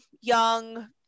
young